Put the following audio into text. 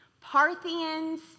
Parthians